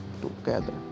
together